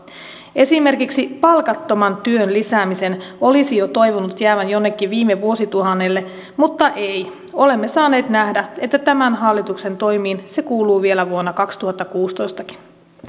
esimerkiksi palkattoman työn lisäämisen olisi jo toivonut jäävän jonnekin viime vuosituhannelle mutta ei olemme saaneet nähdä että tämän hallituksen toimiin se kuuluu vielä vuonna kaksituhattakuusitoistakin